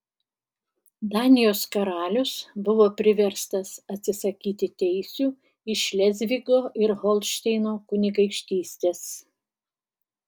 danijos karalius buvo priverstas atsisakyti teisių į šlezvigo ir holšteino kunigaikštystes